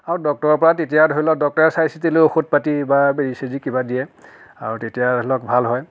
আৰু ডক্তৰৰ পৰা তেতিয়া ধৰি লওক ডক্তৰে চাইচিতি লৈ ঔষধ পাতি বা বেজি চেজি কিবা দিয়ে আৰু তেতিয়া ধৰি লওক ভাল হয়